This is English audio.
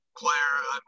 player